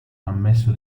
ammesso